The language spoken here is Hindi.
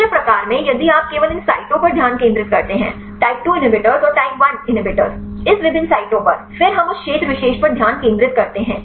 दूसरे प्रकार में यदि आप केवल इन साइटों पर ध्यान केंद्रित करते हैं टाइप 2 इनहिबिटर्स और टाइप 1 इनहिबिटर्स इस विभिन्न साइटों पर फिर हम उस क्षेत्र विशेष पर ध्यान केंद्रित करते हैं